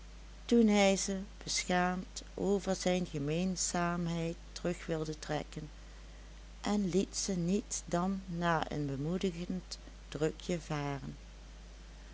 toen hij ze beschaamd over zijn gemeenzaamheid terug wilde trekken en liet ze niet dan na een bemoedigend drukje varen